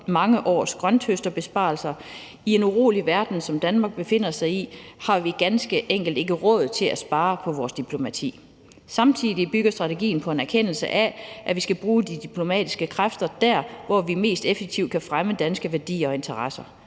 mange års grønthøsterbesparelser. I en urolig verden, som Danmark befinder sig i, har vi ganske enkelt ikke råd til at spare på vores diplomati. Samtidig bygger strategien på en erkendelse af, at vi skal bruge de diplomatiske kræfter der, hvor vi mest effektivt kan fremme danske værdier og interesser.